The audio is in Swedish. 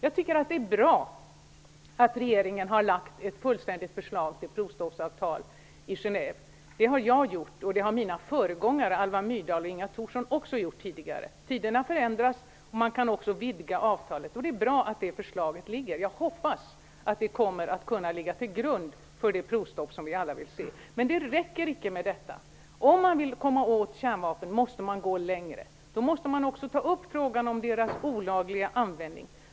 Det är bra att regeringen har lagt fram ett fullständigt förslag till provstoppsavtal i Genève. Det har jag gjort, och det har mina föregångare Alva Myrdal och Inga Thorsson också gjort tidigare. Tiderna förändras, och man kan vidga avtalet. Det är bra att det förslaget ligger. Jag hoppas att det kommer att kunna ligga till grund för det provstopp som vi alla vill se. Men det räcker icke med detta. Om man vill komma åt kärnvapnen måste man gå längre. Då måste man ta upp frågan om deras olagliga användning.